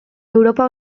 europa